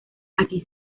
aquí